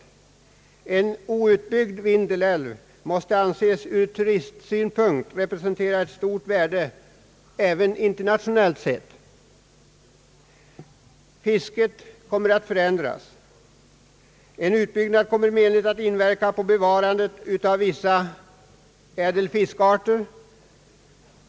En outbyggd Vindelälv måste ur turistsynpunkt anses representera ett stort värde, även internationellt sett. En utbyggnad skulle komma att förändra fisket. Den skulle menligt inverka på beståndet av vissa ädelfiskarter.